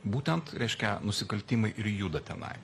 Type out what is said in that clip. būtent reiškia nusikaltimai ir juda tenai